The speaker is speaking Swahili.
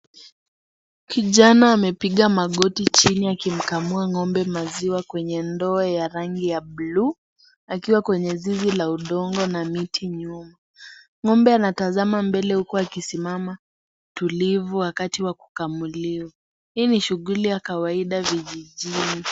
Kijana amepiga makoti chini akikamua ngombe maziwa kwenye ndoo ya rangi ya bluu akiwa kwenye zizi la udongo na miti nyuma. Ngombe anatazama mbele huku akisimama tulivu wakati wa kukamuliwa. Hii ni shughuli ya kawaida kijijini.